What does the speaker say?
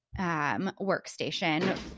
workstation